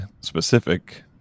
specific